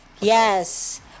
Yes